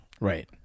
right